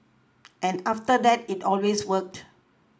and after that it always worked